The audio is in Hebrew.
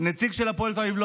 לא